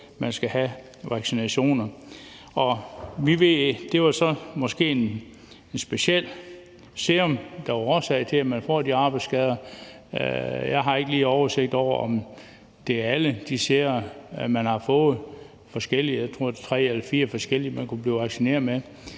at man skal have vaccinationer. Det var måske så et specielt serum, der var årsag til, at man fik de arbejdsskader. Jeg har ikke lige overblik over, om det er alle de sera, man har brugt – jeg tror, det er tre eller fire forskellige, man kunne blive vaccineret med